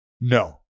No